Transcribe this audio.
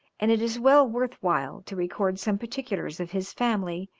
and it is well worth while to record some particulars of his family,